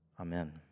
Amen